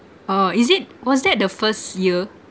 oh is it was that the first year